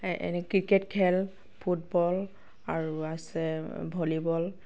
এই এনে ক্ৰিকেট খেল ফুটবল আৰু আছে ভলিবল